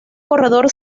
corredor